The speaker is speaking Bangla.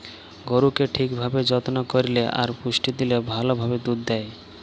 গরুকে ঠিক ভাবে যত্ন করল্যে আর পুষ্টি দিলে ভাল ভাবে দুধ হ্যয়